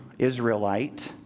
Israelite